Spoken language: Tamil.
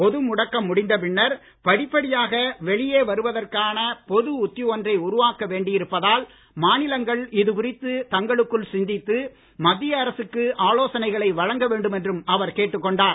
பொது முடக்கம் முடிந்த பின்னர் படிப்படியாக வெளியே வருவதற்கான பொது உத்தி ஒன்றை உருவாக்க வேண்டி இருப்பதால் மாநிலங்கள் இதுகுறித்து தங்களுக்குள் சிந்தித்து மத்திய அரசுக்கு ஆலோசனைகளை வழங்க வேண்டும் என்றும் அவர் கேட்டுக் கொண்டார்